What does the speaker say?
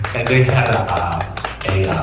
and they had a, um,